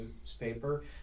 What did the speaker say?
newspaper